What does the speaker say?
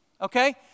Okay